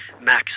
Max